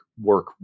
work